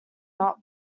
not